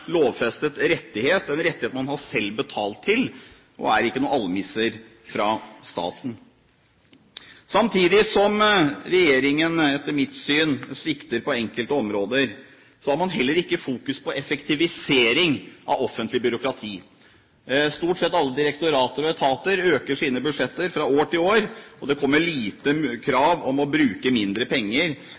lovfestet rettighet, en rettighet man selv har betalt inn til, og er ikke noen almisse fra staten. Samtidig som regjeringen etter mitt syn svikter på enkelte områder, har man heller ikke fokusert på effektivisering av offentlig byråkrati. Stort sett alle direktorater og etater får økt sine budsjetter fra år til år, og det kommer få krav om å bruke mindre penger